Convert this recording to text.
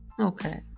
Okay